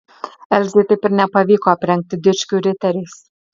elzei taip ir nepavyko aprengti dičkių riteriais